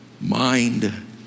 mind